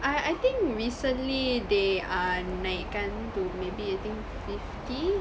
ah I think recently they uh naikkan to maybe I think fifty